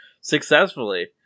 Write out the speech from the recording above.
successfully